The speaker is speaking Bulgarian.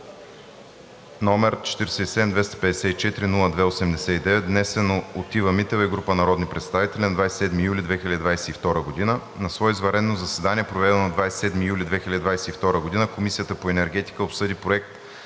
г., № 47-254-02-89, внесен от Ива Митева и група народни представители на 27 юли 2022 г. На свое извънредно заседание, проведено на 27 юли 2022 г., Комисията по енергетика обсъди Проект